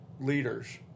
leaders